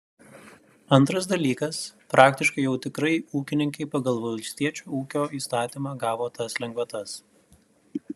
antras dalykas praktiškai jau tikrai ūkininkai pagal valstiečio ūkio įstatymą gavo tas lengvatas